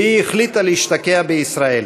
והיא החליטה להשתקע בישראל.